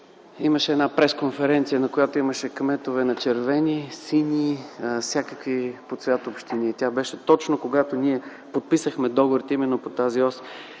Имаше една пресконференция, на която имаше кметове на червени, сини, всякакви по цвят общини. Тя беше точно, когато подписахме договорите именно по тази ос